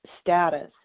status